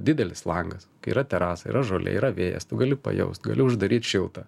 didelis langas kai yra terasa yra žolė yra vėjas tu gali pajaust gali uždaryt šilta